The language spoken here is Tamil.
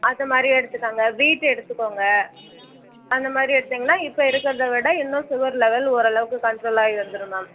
அது மாதிரி எடுத்துக்கோங்க வீட் எடுத்துக்கோங்க அந்த மாதிரி எடுத்தீங்கன்னா இப்போது இருக்கிறத விட இன்னும் சுகர் லெவல் ஓரளவுக்கு கண்ட்ரோல் ஆகி வந்துடும் மேம்